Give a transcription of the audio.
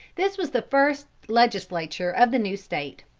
this was the first legislature of the new state.